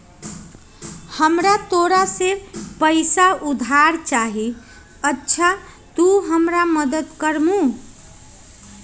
हमरा तोरा से कुछ पैसा उधार चहिए, अच्छा तूम हमरा मदद कर मूह?